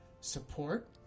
support